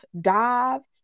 dive